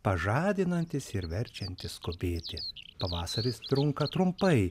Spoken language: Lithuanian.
pažadinantis ir verčianti skubėti pavasaris trunka trumpai